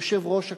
יושב-ראש הכנסת.